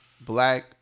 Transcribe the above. black